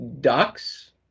Ducks